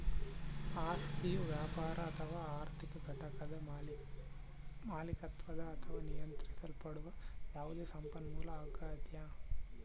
ಆಸ್ತಿಯು ವ್ಯಾಪಾರ ಅಥವಾ ಆರ್ಥಿಕ ಘಟಕದ ಮಾಲೀಕತ್ವದ ಅಥವಾ ನಿಯಂತ್ರಿಸಲ್ಪಡುವ ಯಾವುದೇ ಸಂಪನ್ಮೂಲ ಆಗ್ಯದ